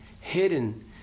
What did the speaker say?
hidden